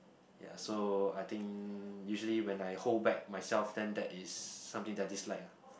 ya so I think usually when I hold back myself then that is something that I dislike ah